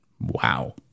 wow